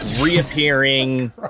reappearing